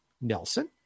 Nelson